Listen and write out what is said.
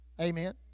Amen